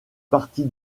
partie